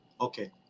Okay